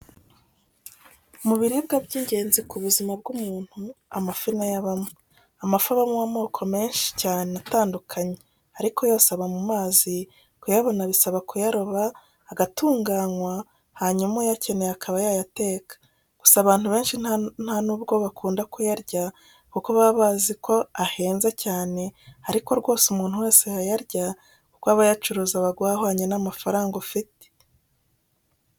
Mu biribwa by'ingenzi ku buzima bw'umuntu amafi na yo abamo. Amafi abamo amoko menshi cyane atandukanye ariko yose aba mu mazi, kuyabona bisaba kuyaroba agatunganwa hanyuma uyakeneye akaba yayateka. Gusa abantu benshi nta nubwo bakunda kuyarya kuko baba baziko ahenze cyane ariko rwose umuntu wese yayarya kuko abayacuruza baguha ahwanye n'amafaranga ufite.